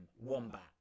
wombat